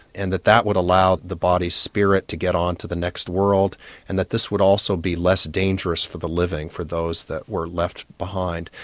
and that that would allow the body's spirit to get on to the next world and that this would also be less dangerous for the living, for those that were left behind.